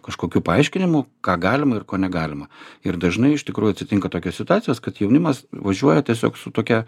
kažkokių paaiškinimų ką galima ir ko negalima ir dažnai iš tikrųjų atsitinka tokios situacijos kad jaunimas važiuoja tiesiog su tokia